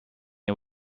and